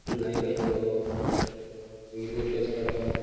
गायी कशें पळोवप मागीर दूद कशें काडप